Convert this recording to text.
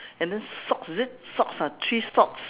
and then socks is it socks ah three socks